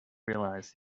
realise